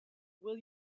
will